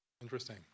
Interesting